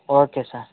okay sir